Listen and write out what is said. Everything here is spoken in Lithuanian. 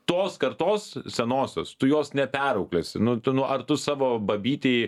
tos kartos senosios tu jos neperauklėsi nu tu nu ar tu savo babytei